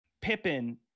Pippin